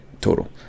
total